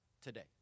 today